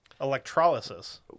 Electrolysis